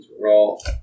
roll